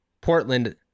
Portland